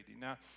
Now